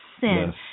sin